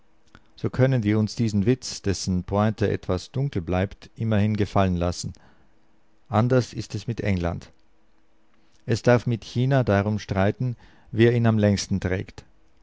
so können wir uns diesen witz dessen pointe etwas dunkel bleibt immerhin gefallen lassen anders ist es mit england es darf mit china darum streiten wer ihn am längsten trägt